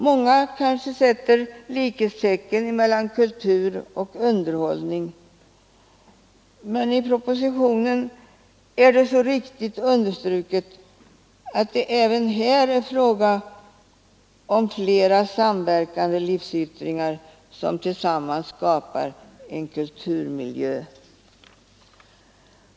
Många kanske sätter likhetstecken mellan kultur och underhållning, men i propositionen är det så riktigt understruket att det även är en fråga om flera samverkande livsyttringar som tillsammans skapar en kulturmiljö.